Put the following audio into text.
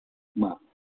मा